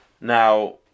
Now